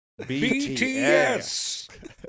BTS